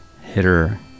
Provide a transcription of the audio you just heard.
hitter